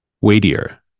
weightier